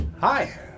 Hi